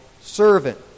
servant